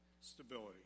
stability